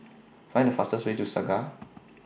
Find The fastest Way to Segar